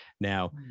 Now